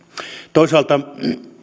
toisaalta